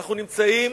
אנחנו נמצאים